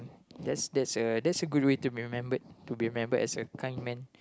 that's that's a that's a good way to be remembered to be remembered as a kind man